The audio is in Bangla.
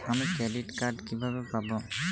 আমি ক্রেডিট কার্ড কিভাবে পাবো?